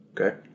Okay